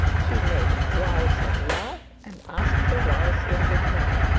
he made vows of love, and asked for vows in return.